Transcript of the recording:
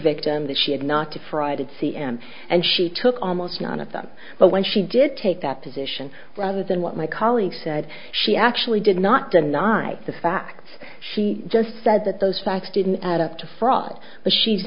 victim that she had not to frighted cme and she took almost none of them but when she did take that position rather than what my colleague said she actually did not deny the facts she just said that those facts didn't add up to fraud but she's